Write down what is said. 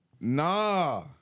nah